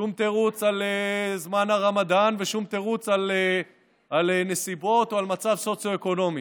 שום תירוץ של זמן הרמדאן ושום תירוץ של נסיבות או על מצב סוציו-אקונומי.